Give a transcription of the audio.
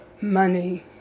money